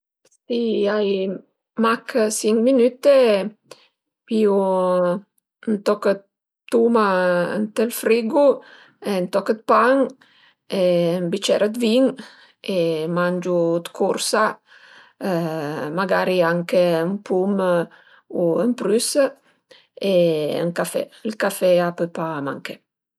Si ai mach sinc minüte pìu ën toch dë tuma ënt ël friggu e ün toch d'pan e ün bicer d'vin e mangiu d'cursa magari anche ün pum u ün prüs e ün café, ël café a pö pa manché